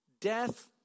Death